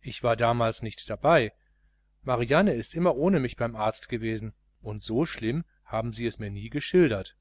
ich war damals nicht dabei marianne ist immer ohne mich beim arzt gewesen und so schlimm haben sie es nie geschildert